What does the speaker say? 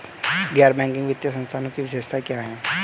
गैर बैंकिंग वित्तीय संस्थानों की विशेषताएं क्या हैं?